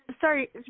Sorry